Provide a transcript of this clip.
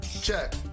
check